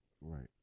Right